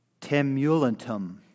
temulentum